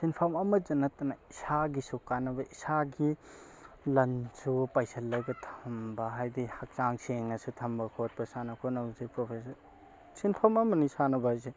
ꯁꯤꯟꯐꯝ ꯑꯃꯗ ꯅꯠꯇꯅ ꯏꯁꯥꯒꯤꯁꯨ ꯀꯥꯟꯅꯕ ꯏꯁꯥꯒꯤ ꯂꯟꯁꯨ ꯄꯩꯁꯟꯂꯒ ꯊꯝꯕ ꯍꯥꯏꯗꯤ ꯍꯛꯆꯥꯡ ꯁꯦꯡꯅꯁꯨ ꯊꯝꯕ ꯈꯣꯠꯄ ꯁꯥꯟꯅ ꯈꯣꯠꯅꯕꯁꯦ ꯄ꯭ꯔꯣꯐꯦꯁꯟ ꯁꯤꯟꯐꯝ ꯑꯃꯅꯤ ꯁꯥꯟꯅꯕ ꯍꯥꯏꯁꯦ